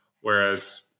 Whereas